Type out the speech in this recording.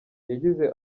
yagize